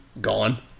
gone